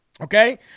Okay